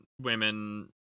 women